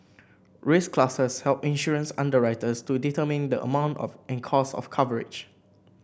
risk classes help insurance underwriters to determine the amount of in cost of coverage